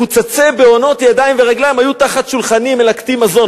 מקוצצי בהונות ידיים ורגליים היו תחת שולחני מלקטים מזון.